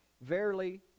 Verily